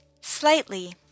Slightly